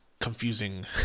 Confusing